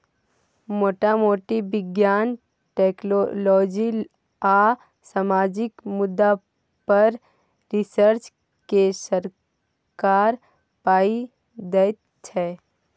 मोटा मोटी बिज्ञान, टेक्नोलॉजी आ सामाजिक मुद्दा पर रिसर्च केँ सरकार पाइ दैत छै